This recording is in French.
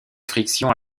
frictions